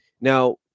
Now